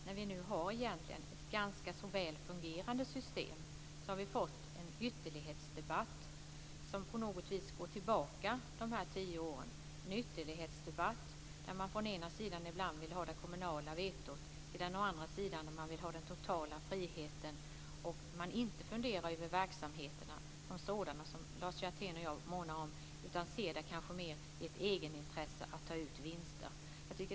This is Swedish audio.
När vi nu har ett ganska väl fungerande system har vi fått en ytterlighetsdebatt, som på något vis går tillbaka dessa tio år, där man från den ena sidan ibland vill ha det kommunala vetot och från den andra sidan vill ha den totala friheten och inte funderar över verksamheterna som sådana, som Lars Hjertén och jag månar om, utan ser det mer som ett egenintresse att ta ut vinster.